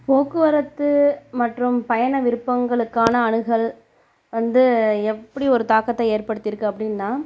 போக்குவரத்து மற்றும் பயண விருப்பங்களுக்கான அணுகல் வந்து எப்படி ஒரு தாக்கத்தை ஏற்படுத்தியிருக்கு அப்படீன்னா